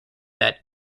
that